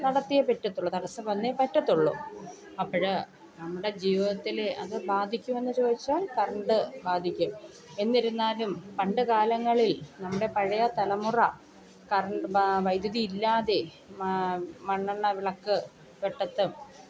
നടത്തിയേ പറ്റത്തൊള്ളു തടസ്സം വന്നേ പറ്റത്തൊള്ളു അപ്പോൾ നമ്മുടെ ജീവിതത്തിൽ അത് ബാധിക്കുമോന്ന് ചോദിച്ചാൽ കറണ്ട് ബാധിക്കും എന്നിരുന്നാലും പണ്ട് കാലങ്ങളിൽ നമ്മുടെ പഴയ തലമുറ കറണ്ട് ബാ വൈദ്യുതിയില്ലാതെ മണ്ണെണ്ണ വിളക്ക് വെട്ടത്ത്